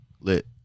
Lit